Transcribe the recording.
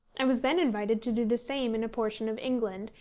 i was then invited to do the same in a portion of england,